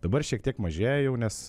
dabar šiek tiek mažėja jau nes